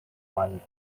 one